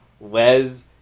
les